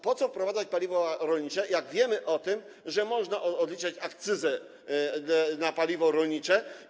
Po co wprowadzać paliwo rolnicze, jak wiemy o tym, że można odliczać akcyzę na paliwo rolnicze?